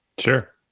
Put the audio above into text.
sure.